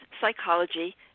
Psychology